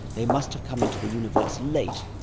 they must have come into the universe late,